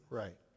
right